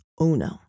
Uno